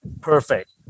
Perfect